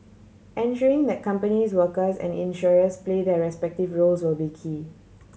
ensuring that companies workers and insurers play their respective roles will be key